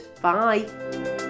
bye